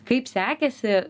kaip sekėsi